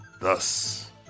Thus